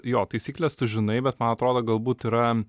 jo taisykles tu žinai bet man atrodo galbūt yra